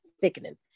thickening